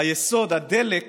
היסוד, הדלק